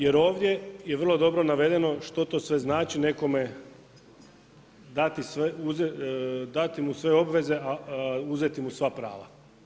Jer ovdje je vrlo dobro navedeno što to sve znači, nekome, dati mu sve obveze, a uzeti mu sva prava.